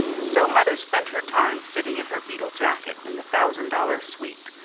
so mother spent her time sitting in her beetle jacket in the thousand-dollar suite,